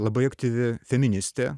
labai aktyvi feministė